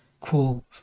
cool